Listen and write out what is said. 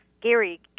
gary